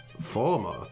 former